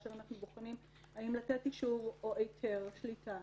כאשר אנחנו בוחנים האם לתת אישור או היתר שליטה,